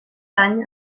any